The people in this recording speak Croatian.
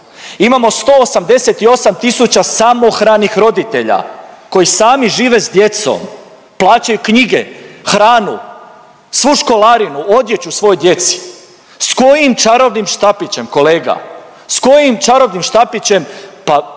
Imamo 188 000 samohranih roditelja koji sami žive s djecom, plaćaju knjige, hranu, svu školarinu, odjeću svojoj djeci. Sa kojim čarobnim štapićem kolega? Sa kojim čarobnim štapićem?